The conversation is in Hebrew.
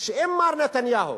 שאם מר נתניהו,